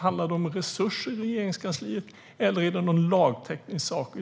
Handlar det om resurser i Regeringskansliet, eller beror det på något lagtekniskt problem?